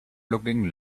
looking